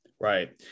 Right